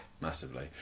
massively